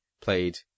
played